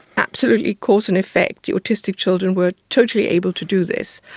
absolutely cause and effect the autistic children were totally able to do this.